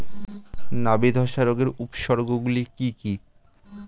নাবি ধসা রোগের উপসর্গগুলি কি কি?